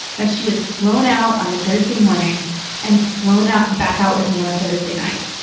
and she has flown out on a thursday morning and flown out back out with me on a thursday night.